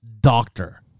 Doctor